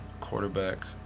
Quarterback